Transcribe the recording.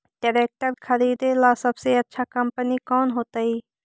Tractor खरीदेला सबसे अच्छा कंपनी कौन होतई?